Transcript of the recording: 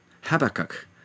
Habakkuk